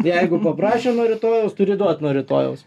jeigu paprašė nuo rytojaus turi duot nuo rytojaus